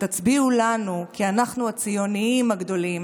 תצביעו לנו כי אנחנו הציונים הגדולים,